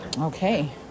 Okay